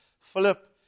Philip